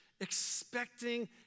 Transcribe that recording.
expecting